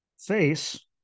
face